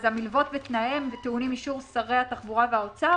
המילוות ותנאיהם טעונים אישור שרי התחבורה והאוצר